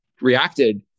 reacted